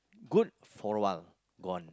good for a while gone